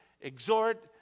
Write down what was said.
exhort